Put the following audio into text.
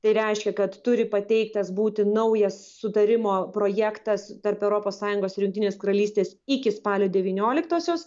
tai reiškia kad turi pateiktas būti naujas sutarimo projektas tarp europos sąjungos ir jungtinės karalystės iki spalio devynioliktosios